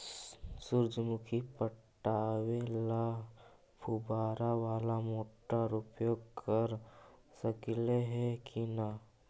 सुरजमुखी पटावे ल फुबारा बाला मोटर उपयोग कर सकली हे की न?